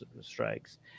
strikes